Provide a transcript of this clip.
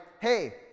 hey